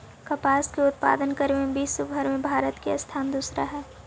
कपास के उत्पादन करे में विश्वव भर में भारत के स्थान दूसरा हइ